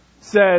says